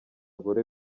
gore